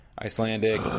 Icelandic